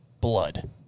blood